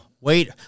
wait